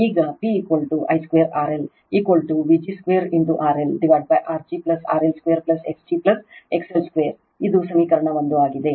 ಈಗ P I2 RLVg2 RL R g RL2 x g XL2 ಇದು ಸಮೀಕರಣ 1 ಆಗಿದೆ